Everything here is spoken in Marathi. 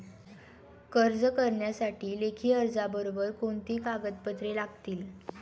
कर्ज करण्यासाठी लेखी अर्जाबरोबर कोणती कागदपत्रे लागतील?